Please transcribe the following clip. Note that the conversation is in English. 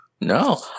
No